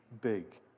big